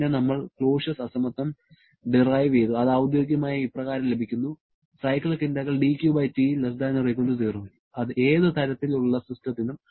പിന്നെ നമ്മൾ ക്ലോഷ്യസ് അസമത്വം ഡിറൈവ് ചെയ്തു അത് ഔദ്യോഗികമായി ഇപ്രകാരം ലഭിക്കുന്നു ഏത് തരത്തിലുള്ള സിസ്റ്റത്തിനും